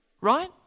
right